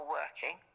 working